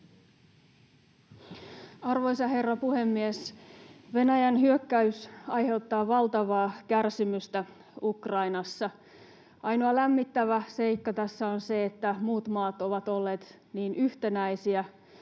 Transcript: Arvoisa herra puhemies! Venäjän hyök-käys aiheuttaa valtavaa kärsimystä Ukrainassa. Ainoa lämmittävä seikka tässä on se, että muut maat ovat olleet niin yhtenäisiä.